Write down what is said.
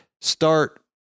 start